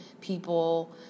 people